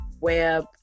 web